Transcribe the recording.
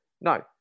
no